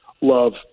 love